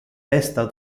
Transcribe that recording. festa